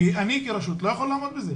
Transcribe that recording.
כי אני, כרשות, לא יכול לעמוד בזה.